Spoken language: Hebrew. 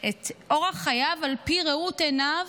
את אורח חייו על פי ראות עיניו